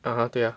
(uh huh) 对啊